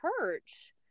church